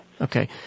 Okay